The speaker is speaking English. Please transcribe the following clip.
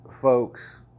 folks